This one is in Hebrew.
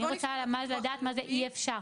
אני רוצה לדעת מה זה אי-אפשר.